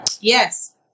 Yes